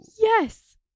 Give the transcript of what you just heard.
Yes